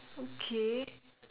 okay